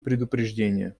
предупреждения